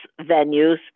venues